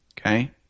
Okay